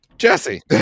Jesse